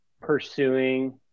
pursuing